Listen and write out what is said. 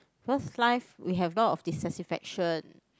first life we have a lot of dissatisfaction